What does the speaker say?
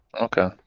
Okay